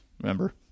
remember